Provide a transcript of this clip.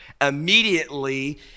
Immediately